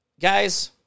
Guys